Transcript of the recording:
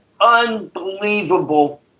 unbelievable